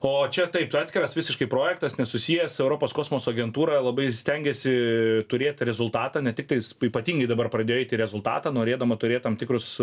o čia taip atskiras visiškai projektas nesusijęs su europos kosmoso agentūra labai stengiasi turėti rezultatą ne tiktais ypatingai dabar pradėjo eit į rezultatą norėdama turėt tam tikrus